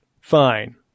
Fine